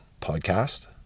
podcast